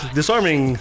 disarming